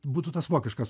būtų tas vokiškas